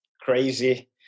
crazy